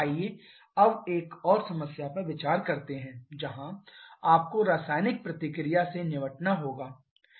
आइए अब एक और समस्या पर विचार करते हैं जहाँ आपको रासायनिक प्रतिक्रिया से निपटना होता है